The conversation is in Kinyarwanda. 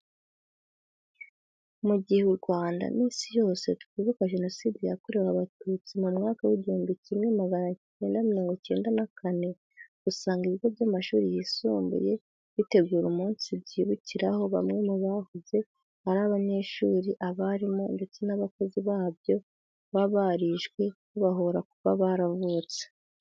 Mu gihe u Rwanda n'Isi yose twibuka Jenoside yakorewe Abatutsi mu mwaka w'igihumbi kimwe magana acyenda mirongo icyenda na kane, usanga ibigo by'amashuri yisumbuye bitegura umunsi byibukiraho bamwe mu bahoze ari abanyeshuri, abarimu ndetse n'abakozi babyo baba barishwe babahora kuba baravutse.